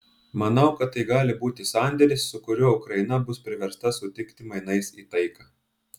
manau kad tai gali būti sandėris su kuriuo ukraina bus priversta sutikti mainais į taiką